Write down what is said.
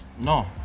No